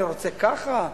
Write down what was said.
אני רוצה ככה,